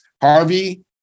Harvey